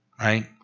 right